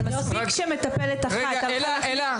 אבל מספיק שמטפלת אחת --- אלה,